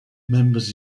members